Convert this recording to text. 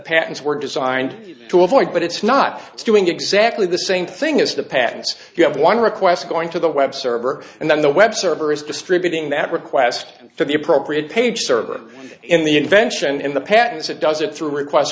patents were designed to avoid but it's not doing exactly the same thing as the patents you have one request going to the web server and then the web server is distributing that request to the appropriate page server in the invention in the patents it does it through request